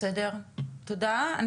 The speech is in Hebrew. בסדר, תודה רבה.